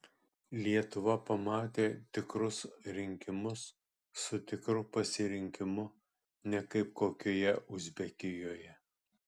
lietuva pamatė tikrus rinkimus su tikru pasirinkimu ne kaip kokioje uzbekijoje